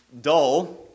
dull